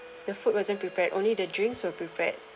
the food wasn't prepared only the drinks were prepared